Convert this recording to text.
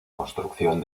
construcción